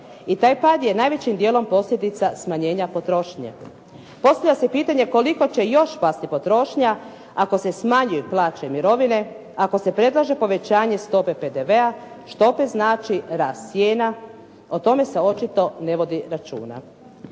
I taj pad je najvećim dijelom posljedica smanjenja potrošnje. Postavlja se pitanje koliko će još pasti potrošnja ako se smanjuju plaće i mirovine, ako se predlaže povećanje stope PDV-a što opet znači rast cijena, o tome se očito ne vodi računa.